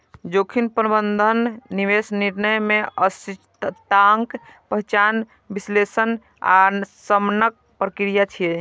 जोखिम प्रबंधन निवेश निर्णय मे अनिश्चितताक पहिचान, विश्लेषण आ शमनक प्रक्रिया छियै